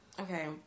Okay